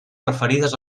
referides